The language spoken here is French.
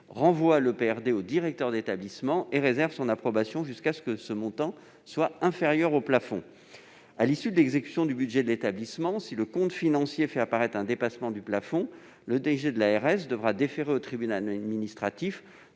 renverra l'EPRD au directeur d'établissement et réservera son approbation jusqu'à ce que ce montant soit inférieur au plafond. À l'issue de l'exécution du budget de l'établissement, si le compte financier fait apparaître un dépassement du plafond, le directeur général de l'ARS devra déférer au tribunal administratif